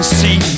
see